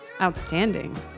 Outstanding